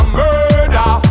murder